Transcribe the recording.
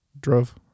drove